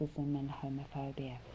homophobia